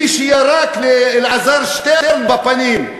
מי שירק לאלעזר שטרן בפנים,